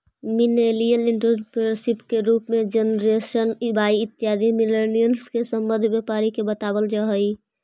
millennial entrepreneurship के रूप में जेनरेशन वाई इत्यादि मिलेनियल्स् से संबंध व्यापारी के बतलावल जा हई